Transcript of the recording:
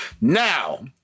Now